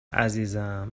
عزیزم